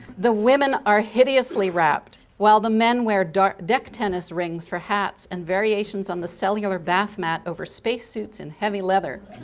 the women are hideously wrapped while the men wear deck tennis rings for hats and variations on the cellular bath mat over space suits in heavy leather.